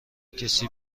کسی